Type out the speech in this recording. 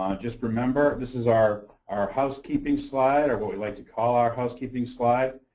um just remember this is our our housekeeping slide, or what we like to call our housekeeping slide.